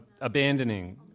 abandoning